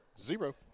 zero